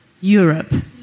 Europe